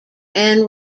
anne